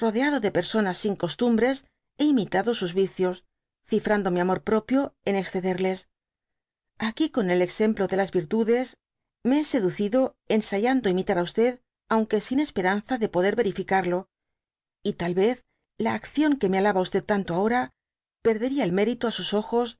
de persoñas sin constumbres hé imitado sus vicios cifraudo mi amor propio en excederles aquí i con el ezemplo de las virtudes me hé sedu b cido ensayando imitar á aunque sin esperanza de poder verificarlo y tal vez la acción j que me alaba tanto ahora perdería el mérito á sus ojos